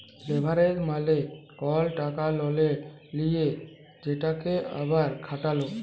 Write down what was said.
leverage মালে কল টাকা ললে লিঁয়ে সেটকে আবার খাটালো